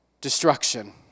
destruction